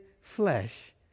flesh